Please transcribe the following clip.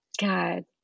God